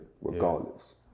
regardless